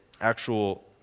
actual